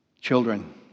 children